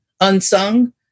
Unsung